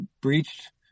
breached